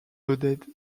vedette